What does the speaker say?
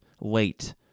late